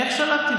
איך שלטתי בו?